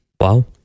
Wow